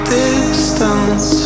distance